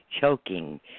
choking